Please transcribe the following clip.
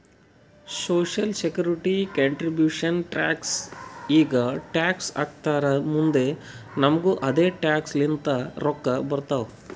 social security contribution tax ಈಗ tax ಹಾಕ್ತಾರ್ ಮುಂದ್ ನಮುಗು ಅದೆ ಟ್ಯಾಕ್ಸ್ ಲಿಂತ ರೊಕ್ಕಾ ಬರ್ತಾವ್